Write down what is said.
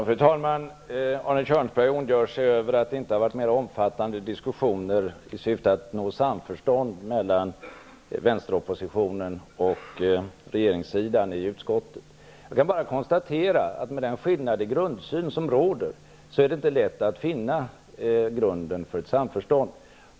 Fru talman! Arne Kjörnsberg ondgör sig över att det inte har förts mer omfattande diskussioner i syfte att nå samförstånd mellan vänsteroppositionen och regeringssidan i utskottet. Jag kan bara konstatera att det med den skillnad i grundsyn som råder inte är lätt att finna basen för ett samförstånd.